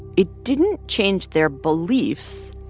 it didn't change their beliefs.